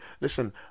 listen